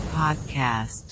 podcast